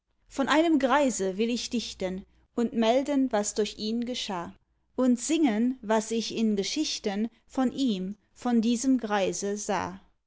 von einem greise will ich dichten und melden was durch ihn geschah und singen was ich in geschichten von ihm von diesem greise sah